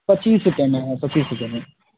पच्चीस रुपए में है पच्चीस रुपए में